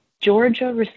Georgia